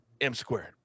M-squared